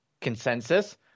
consensus